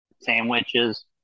Sandwiches